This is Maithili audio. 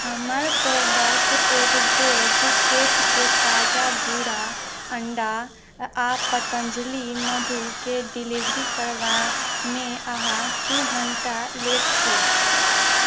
हमर प्रोडक्ट एग्गोज खेतके ताजा भूरा अण्डा आओर पतञ्जलि मधुके डिलीवरी करबामे अहाँ दू घन्टा लेट छी